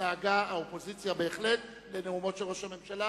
שהתנהגה האופוזיציה, בהחלט, לנאומו של ראש הממשלה,